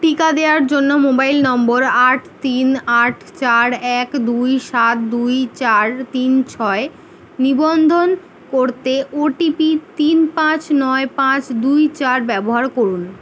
টিকা দেয়ার জন্য মোবাইল নম্বর আট তিন আট চার এক দুই সাত দুই চার তিন ছয় নিবন্ধন করতে ও টি পি তিন পাঁচ নয় পাঁচ দুই চার ব্যবহার করুন